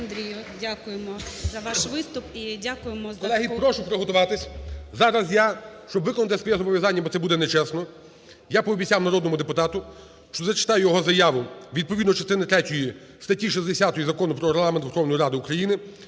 Дякуємо за ваш виступ.